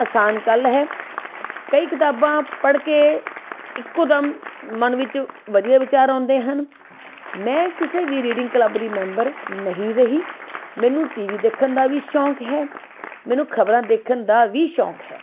ਆਸਾਨ ਗੱਲ ਹੈ ਕਈ ਕਿਤਾਬਾਂ ਪੜ੍ਹ ਕੇ ਇੱਕੋਦਮ ਮਨ ਵਿੱਚ ਵਧੀਆ ਵਿਚਾਰ ਆਉਂਦੇ ਹਨ ਮੈਂ ਕਿਸੇ ਵੀ ਰੀਡਿੰਗ ਕਲੱਬ ਦੀ ਮੈਂਬਰ ਨਹੀਂ ਰਹੀ ਮੈਨੂੰ ਟੀਵੀ ਦੇਖਣ ਦਾ ਵੀ ਸ਼ੌਂਕ ਹੈ ਮੈਨੂੰ ਖਬਰਾਂ ਦੇਖਣ ਦਾ ਵੀ ਸ਼ੌਂਕ ਹੈ